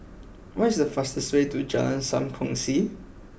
what is the fastest way to Jalan Sam Kongsi